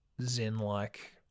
zen-like